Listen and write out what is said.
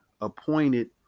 appointed